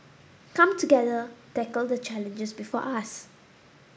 come together tackle the challenges before us